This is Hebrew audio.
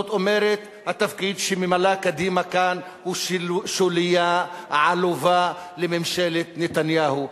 כלומר התפקיד שממלאת קדימה כאן הוא שוליה עלובה בממשלת נתניהו.